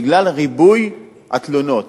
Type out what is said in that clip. בגלל ריבוי התלונות.